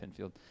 Pinfield